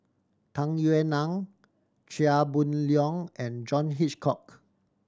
Tung Yue Nang Chia Boon Leong and John Hitchcock